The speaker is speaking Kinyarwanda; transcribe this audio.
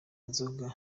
nzoga